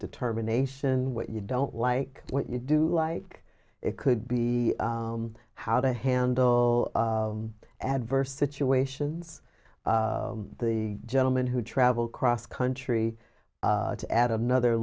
determination what you don't like what you do like it could be how to handle adverse situations the gentleman who travel cross country to add another